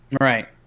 Right